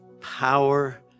power